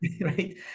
Right